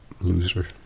Loser